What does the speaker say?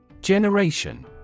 Generation